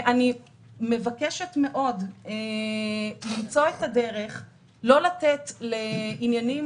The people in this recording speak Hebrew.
אני מבקשת מאוד למצוא את הדרך לא לתת לעניינים